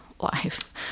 life